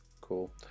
Cool